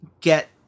get